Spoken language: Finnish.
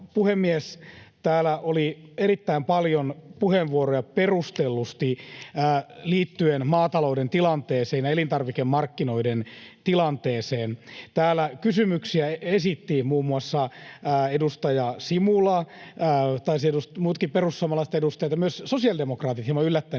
Täällä oli erittäin paljon puheenvuoroja, perustellusti, liittyen maatalouden tilanteeseen ja elintarvikemarkkinoiden tilanteeseen. Täällä kysymyksiä esitti muun muassa edustaja Simula. Taisivat muutkin perussuomalaiset edustajat esittää ja myös sosiaalidemokraatit hieman yllättäen